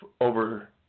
over